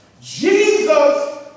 Jesus